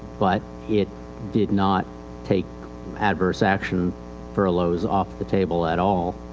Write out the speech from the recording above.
but it did not take adverse action furloughs off the table at all.